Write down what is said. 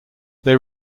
they